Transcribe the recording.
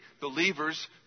Believers